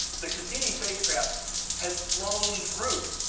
the cassini spacecraft has flown through